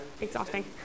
exhausting